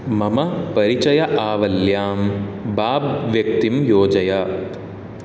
मम परिचय आवल्यां बाब् व्यक्तिं योजय